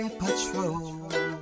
patrol